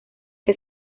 que